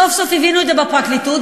סוף-סוף הבינו את זה בפרקליטות,